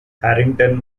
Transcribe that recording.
harrington